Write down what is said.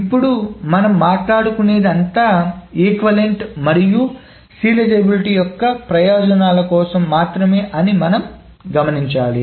ఇప్పుడు మనం మాట్లాడుకునేది అంతా సమానత్వం మరియు సీరియలైజబిలిటీ యొక్క ప్రయోజనాల కోసం మాత్రమే అని మనం గమనించాలి